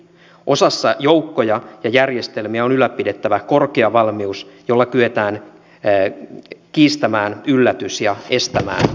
osassa joukkoja ja järjestelmiä on ylläpidettävä korkea valmius jolla kyetään kiistämään yllätys ja estämään lamautus